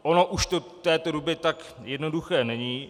Ono už to v této době tak jednoduché není.